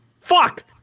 Fuck